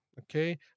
Okay